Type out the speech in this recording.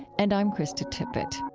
and i'm krista tippett